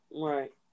Right